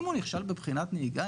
אם הוא נכשל בבחינת נהיגה,